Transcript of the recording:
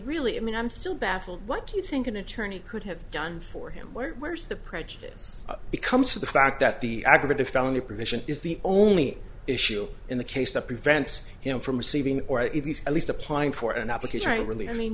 really i mean i'm still baffled what do you think an attorney could have done for him where's the prejudice becomes for the fact that the aggravated felony provision is the only issue in the case that prevents him from receiving or even at least applying for an application really i mean